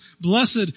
Blessed